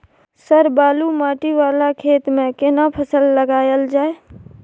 Sir बालू माटी वाला खेत में केना फसल लगायल जाय?